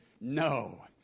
No